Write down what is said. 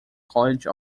college